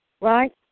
right